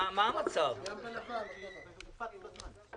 זה החלק התקציבי שיוצא בכל התוכניות שאושרו עד עכשיו,